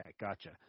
gotcha